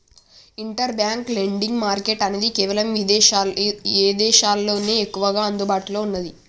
inter bank lending market అనేది కేవలం ఇదేశాల్లోనే ఎక్కువగా అందుబాటులో ఉన్నాది